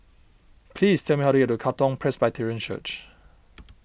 please tell me how to get to Katong Presbyterian Church